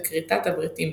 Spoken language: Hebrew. וכריתת הברית עמו.